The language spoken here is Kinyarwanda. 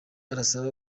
arasaba